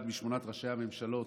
אחד משמונת ראשי הממשלות